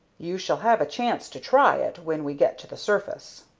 you shall have a chance to try it when we get to the surface.